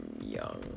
Young